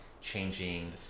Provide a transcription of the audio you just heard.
changing